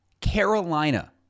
Carolina